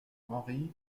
henri